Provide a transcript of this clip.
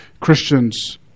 Christians